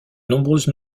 nombreuses